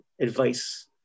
advice